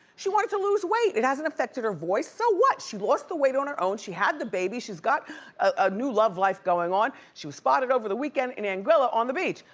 she wanted to lose weight. it hasn't affected her voice. so what? she lost the weight on her own, she had the baby, she's got a new love life going on. she was spotted over the weekend in anguilla on the beach.